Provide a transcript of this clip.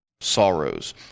Sorrows